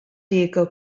diego